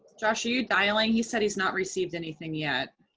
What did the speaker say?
josh, are you dialing? he said he's not received anything yet.